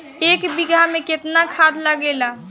एक बिगहा में केतना खाद लागेला?